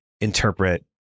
interpret